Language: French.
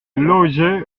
loger